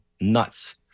nuts